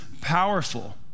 powerful